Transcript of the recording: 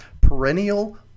perennial